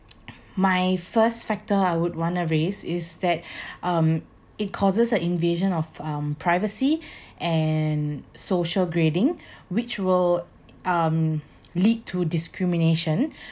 my first factor I would want to raise is that um it causes an invasion of um privacy and social grading which will um lead to discrimination